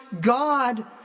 God